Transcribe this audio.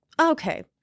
okay